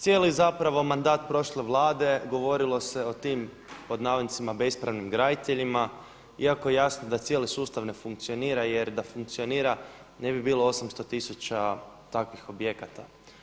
Cijeli zapravo mandat prošle Vlade govorilo se o tim „bespravnim graditeljima“ iako je jasno da cijeli sustav ne funkcionira jer da funkcionira ne bi bilo 800 tisuća takvih objekata.